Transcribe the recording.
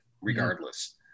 regardless